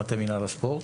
ממטה מינהל הספורט.